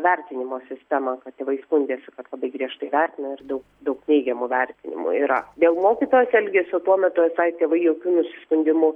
vertinimo sistemą kad tėvai skundėsi kad labai griežtai vertina ir daug daug neigiamų vertinimų yra dėl mokytojos elgesio tuo metu esą tėvai jokių nusiskundimų